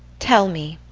tell me,